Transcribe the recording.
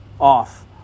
off